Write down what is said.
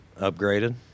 upgraded